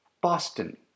Boston